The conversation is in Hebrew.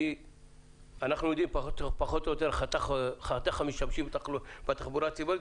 כי אנחנו יודעים פחות או יותר את חתך המשתמשים בתחבורה הציבורית.